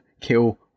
kill